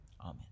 amen